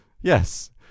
Yes